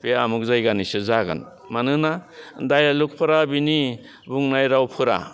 बे आमुग जायगानिसो जागोन मानोना दाइलगफोरा बिनि बुंनाय रावफोरा